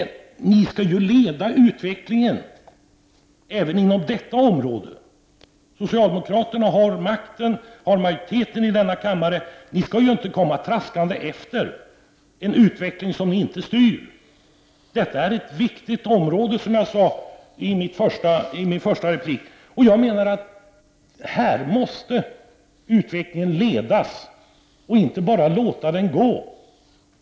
Ni socialdemokrater skall ju leda utvecklingen även inom detta område. Socialdemokraterna har makten och har majoriteten i denna kammare! Ni skall inte komma traskande efter i en utveckling som ni inte styr. Detta är ett viktigt område, som jag sade i min första replik. Här måste utvecklingen ledas, man kan inte bara låta den gå.